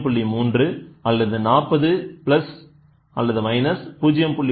3 அல்லது 40 பிளஸ் அல்லது மைனஸ் 0